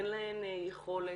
אין להן יכולת,